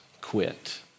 quit